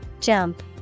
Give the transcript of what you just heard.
Jump